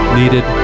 needed